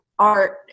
art